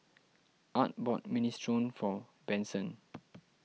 Art bought Minestrone for Benson